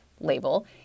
label